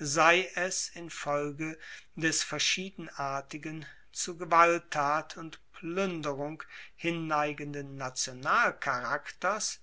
sei es infolge des verschiedenartigen zu gewalttat und pluenderung hinneigenden nationalcharakters